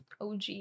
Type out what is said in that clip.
Og